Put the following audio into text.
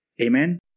Amen